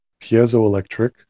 piezoelectric